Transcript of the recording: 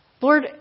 Lord